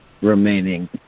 remaining